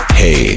hey